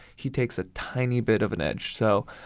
he takes a tiny bit of an edge. so